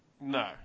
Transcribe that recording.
No